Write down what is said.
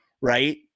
right